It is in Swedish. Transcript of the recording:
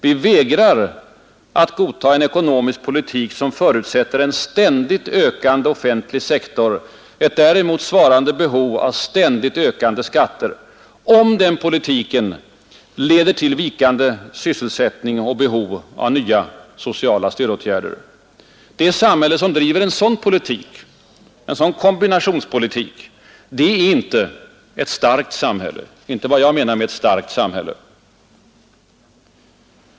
Vi vägrar att godta en ekonomisk politik, som förutsätter en ständigt ökande offentlig sektor, ett däremot svarande behov av ständigt ökande skatter, om den politiken leder till vikande sysselsättning och behov av nya sociala stödåtgärder. Det samhälle som driver en sådan kombinationspolitik är inte vad jag menar med ett ”starkt” samhälle.